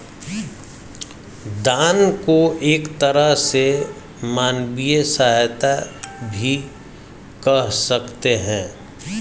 दान को एक तरह से मानवीय सहायता भी कह सकते हैं